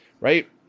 right